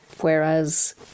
Whereas